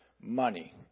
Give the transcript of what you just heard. money